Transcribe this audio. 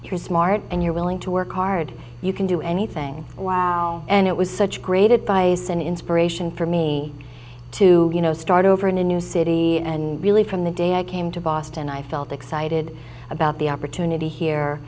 you're smart and you're willing to work hard you can do anything wow and it was such great advice and inspiration for me to you know start over in a new city and really from the day i came to boston i felt excited about the opportunity here